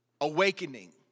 awakening